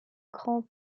grands